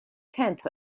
tenth